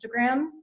Instagram